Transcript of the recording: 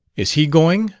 is he going?